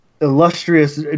illustrious